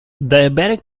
diabetic